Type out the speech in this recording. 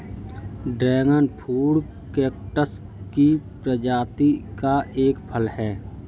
dragon fruit cactus की प्रजाति का एक फल है